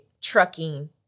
trucking